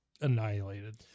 annihilated